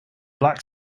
black